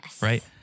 Right